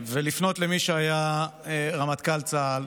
ולפנות למי שהיה רמטכ"ל צה"ל,